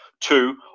Two